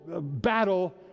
battle